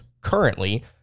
currently